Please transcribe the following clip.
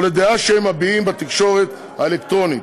לדעה שהם מביעים בתקשורת האלקטרונית.